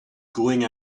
going